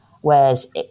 whereas